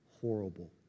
horrible